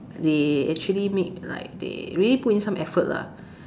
they actually make like they really put in some effort lah